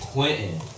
Quentin